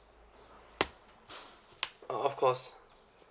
oh of course